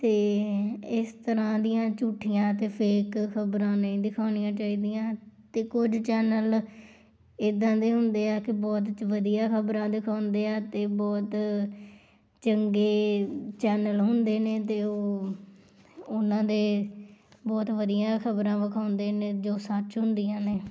ਅਤੇ ਇਸ ਤਰ੍ਹਾਂ ਦੀਆਂ ਝੂਠੀਆਂ ਅਤੇ ਫੇਕ ਖਬਰਾਂ ਨਹੀ ਦਿਖਾਉਣੀਆਂ ਚਾਹੀਦੀਆਂ ਅਤੇ ਕੁਝ ਚੈਨਲ ਇੱਦਾਂ ਦੇ ਹੁੰਦੇ ਆ ਕਿ ਬਹੁਤ ਵਧੀਆ ਖ਼ਬਰਾਂ ਦਿਖਾਉਂਦੇ ਆ ਅਤੇ ਬਹੁਤ ਚੰਗੇ ਚੈਨਲ ਨੇ ਤੇ ਉਹ ਉਹਨਾਂ ਦੇ ਬਹੁਤ ਵਧੀਆ ਖ਼ਬਰਾਂ ਵਿਖਾਉਂਦੇ ਨੇ ਜੋ ਸੱਚ ਹੁੰਦੀਆਂ ਨੇ